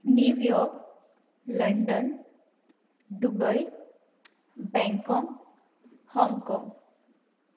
New York London Dubai Bangkok Hong Kong